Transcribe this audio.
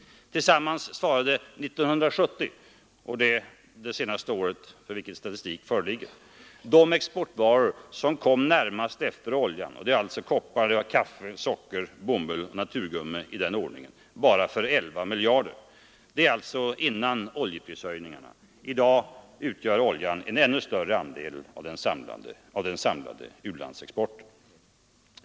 Tillsammans svarade 1970 — det senaste år för vilket statistik föreligger — de exportvaror som kom närmast efter oljan — koppar, kaffe, socker, bomull och naturgummi i nämnd ordning — bara för 11 miljarder. Det var alltså innan oljeprishöjningarna ägde rum. I dag utgör oljan en ännu större andel av den samlade u-landsex porten.